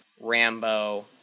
Rambo